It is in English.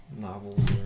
novels